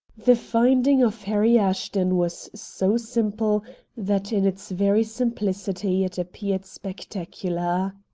the finding of harry ashton was so simple that in its very simplicity it appeared spectacular.